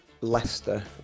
Leicester